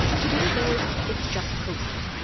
today, though, it's just cosey.